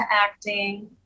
acting